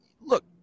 Look